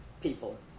people